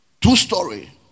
two-story